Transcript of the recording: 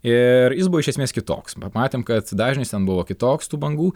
ir jis buvo iš esmės kitoks pamatėm kad dažnis ten buvo kitoks tų bangų